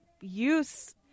use